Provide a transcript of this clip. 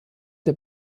der